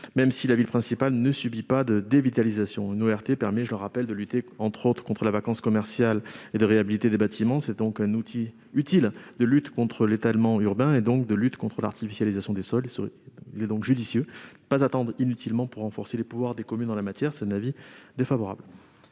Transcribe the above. même si la ville principale ne subit pas de dévitalisation. Je le rappelle, une ORT permet de lutter, entre autres, contre la vacance commerciale et de réhabiliter des bâtiments. C'est un outil utile pour lutter contre l'étalement urbain et l'artificialisation des sols. Il est donc judicieux de ne pas attendre inutilement pour renforcer les pouvoirs des communes en la matière. Le Gouvernement est défavorable